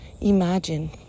imagine